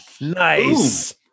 Nice